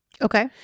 Okay